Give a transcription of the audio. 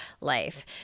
life